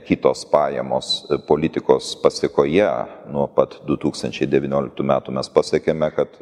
kitos pajamos politikos pasekoje nuo pat du tūkstančiai devynioliktų metų mes pasiekėme kad